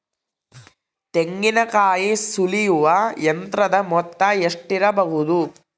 ತೆಂಗಿನಕಾಯಿ ಸುಲಿಯುವ ಯಂತ್ರದ ಮೊತ್ತ ಎಷ್ಟಿರಬಹುದು?